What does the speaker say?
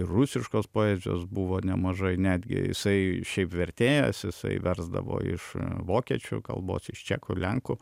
ir rusiškos poezijos buvo nemažai netgi jisai šiaip vertėjas jisai versdavo iš vokiečių kalbos iš čekų lenkų